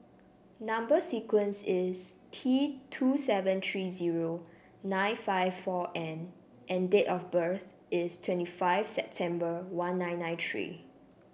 number sequence is T two seven three zero nine five four N and date of birth is twenty five September one nine nine three